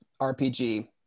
rpg